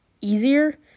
easier